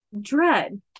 dread